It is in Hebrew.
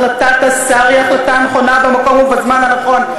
החלטת השר היא החלטה נכונה במקום ובזמן הנכון".